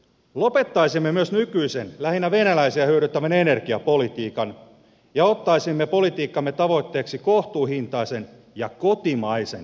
lopettaisimme myös nykyisen lähinnä venäläisiä hyödyttävän energiapolitiikan ja ottaisimme politiikkamme tavoitteeksi kohtuuhintaisen ja kotimaisen energian